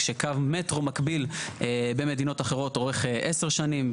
כשקו מטרו מקביל במדינות אחרות אורך 10 שנים,